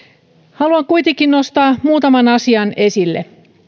haluan kuitenkin nostaa muutaman asian esille